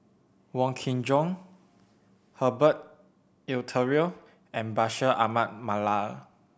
Wong Kin Jong Herbert Eleuterio and Bashir Ahmad Mallal